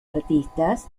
artistas